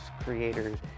creators